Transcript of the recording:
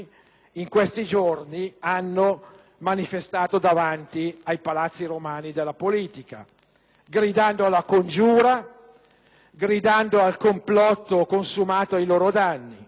gridando alla congiura e al complotto consumato ai loro danni. Alcuni tra questi - penso a certi esponenti di Rifondazione Comunista